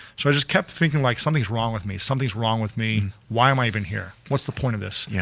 so i just kept thinking like, something's wrong with me, something's wrong with me. why am i even here, what's the point of this? yeah